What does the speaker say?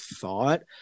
thought